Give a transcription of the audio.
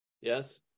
yes